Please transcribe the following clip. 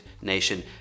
nation